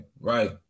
right